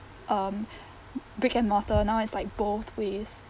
um brick and mortar now it's like both ways